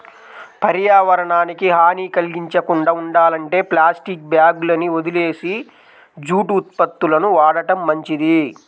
పర్యావరణానికి హాని కల్గించకుండా ఉండాలంటే ప్లాస్టిక్ బ్యాగులని వదిలేసి జూటు ఉత్పత్తులను వాడటం మంచిది